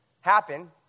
happen